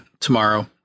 tomorrow